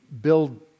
build